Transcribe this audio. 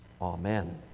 Amen